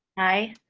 aye.